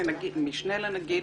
משנה לנגיד.